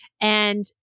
And-